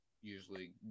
usually